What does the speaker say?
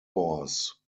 force